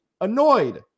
annoyed